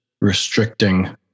restricting